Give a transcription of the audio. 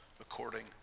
according